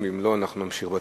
אם לא, אנחנו נמשיך בתור.